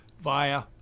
via